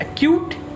Acute